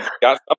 got